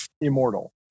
immortal